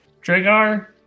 Dragar